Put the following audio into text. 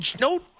no